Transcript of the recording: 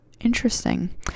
Interesting